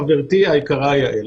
חברתי היקרה יעל,